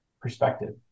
perspective